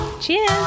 Cheers